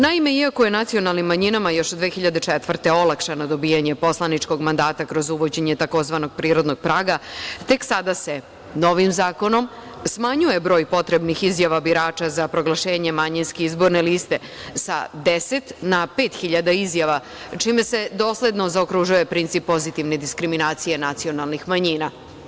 Naime, iako je nacionalnim manjinama još od 2004. godine olakšano dobijanje poslaničkog mandata kroz uvođenje tzv. prirodnog praga, tek sada se novim zakonom smanjuje broj potrebnih izjava birača za proglašenje manjinske izborne liste sa deset na pet hiljada izjava, čime se dosledno zaokružuje princip pozitivne diskriminacije nacionalnih manjina.